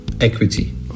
Equity